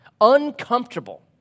uncomfortable